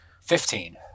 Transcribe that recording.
Fifteen